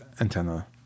antenna